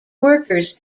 workers